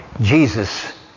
Jesus